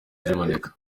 ziboneka